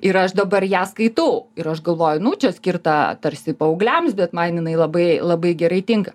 ir aš dabar ją skaitau ir aš galvoju nu čia skirta tarsi paaugliams bet man jinai labai labai gerai tinka